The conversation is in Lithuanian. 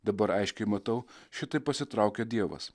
dabar aiškiai matau šitaip pasitraukė dievas